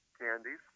candies